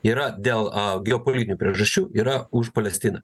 yra dėl a geopolitinių priežasčių yra už palestiną